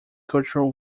cultural